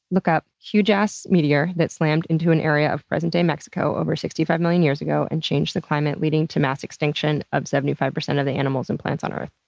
look up huge ass meteor that slammed into an area of present day mexico over sixty five million years ago and changed the climate, leading to mass extinction of seventy five percent of the animals and plants on earth.